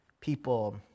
people